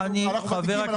כי אנחנו ותיקים,